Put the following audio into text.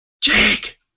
Jake